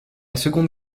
seconde